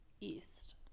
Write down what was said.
East